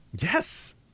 yes